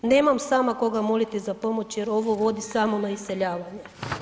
Nemam sama koga moliti za pomoć jer ovo vodi samo na iseljavanje.